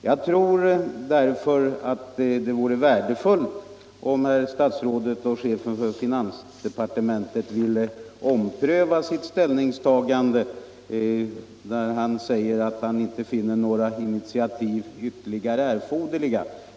Jag tror därför att det vore värdefullt om herr finansministern ville ompröva sitt ställningstagande när han säger att han inte finner några ytterligare initiativ erforderliga.